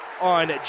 on